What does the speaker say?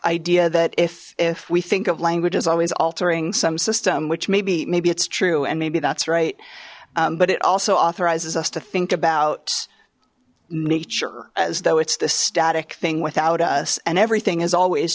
idea that if if we think of language is always altering some system which maybe maybe it's true and maybe that's right but it also authorizes us to think about nature as though it's the static thing without us and everything is always